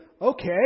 Okay